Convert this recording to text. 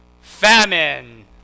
Famine